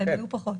הן היו פחות.